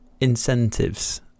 incentives